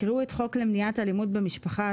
יקראו את חוק למניעת אלימות במשפחה,